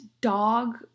dog